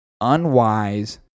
unwise